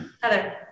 Heather